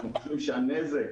אנחנו חושבים שהנזק